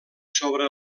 sobre